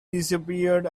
disappeared